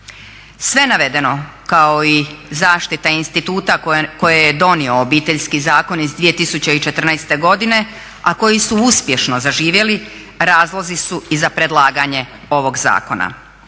Sve navedeno kao i zaštita instituta koje je donio Obiteljski zakon iz 2014. godine, a koji su uspješno zaživjeli razlozi su i za predlaganje ovog zakona.